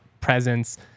presence